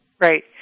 Right